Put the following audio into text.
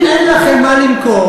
אם אין לכם מה למכור,